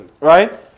Right